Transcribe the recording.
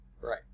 Right